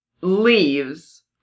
leaves